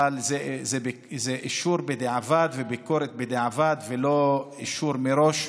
אבל זה אישור בדיעבד וביקורת בדיעבד ולא אישור מראש.